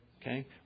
Okay